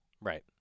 Right